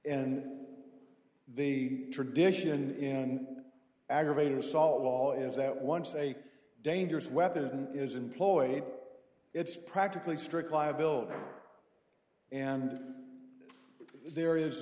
and the tradition in aggravated assault law is that once a dangerous weapon is employed it's practically strict liability and there is